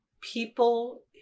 people